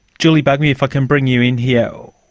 julie bugmy, if i can bring you in here,